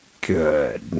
good